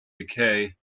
decay